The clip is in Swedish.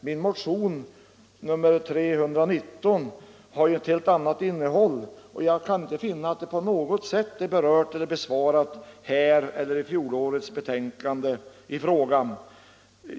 Min motion, nr 319, har ett helt annat innehåll, och jag kan inte finna att motionen på något sätt besvaras vare sig med årets eller fjolårets betänkande.